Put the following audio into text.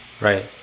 Right